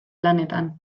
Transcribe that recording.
lanetan